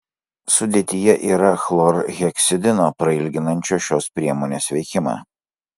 sudėtyje yra chlorheksidino prailginančio šios priemonės veikimą